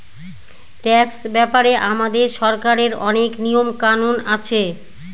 tax ব্যাপারে আমাদের সরকারের অনেক নিয়ম কানুন আছে